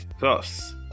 Thus